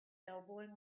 elbowing